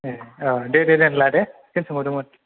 ए औ दे दे लादो बेखौनो सोंहरदोंमोन